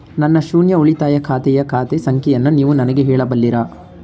ನನ್ನ ಶೂನ್ಯ ಉಳಿತಾಯ ಖಾತೆಯ ಖಾತೆ ಸಂಖ್ಯೆಯನ್ನು ನೀವು ನನಗೆ ಹೇಳಬಲ್ಲಿರಾ?